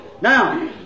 Now